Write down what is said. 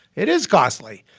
it is costly.